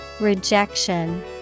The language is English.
Rejection